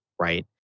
right